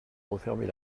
refermer